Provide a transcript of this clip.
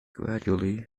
gradually